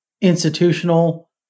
institutional